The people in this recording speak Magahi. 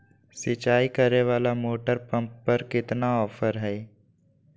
सिंचाई करे वाला मोटर पंप पर कितना ऑफर हाय?